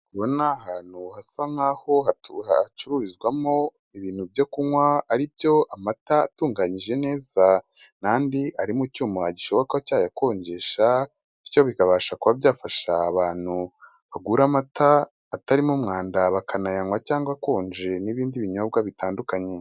Ndabona ahantu hasa nkaho hatu hacururizwamo ibintu byo kunywa; ari byo amata atunganyije neza, n'andi ari mu icyuma gishoboka cyayakonjesha, bityo bikabasha kuba byafasha abantu bagura amata atarimo umwanda, bakanayanywa cyangwa akonje n'ibindi binyobwa bitandukanye.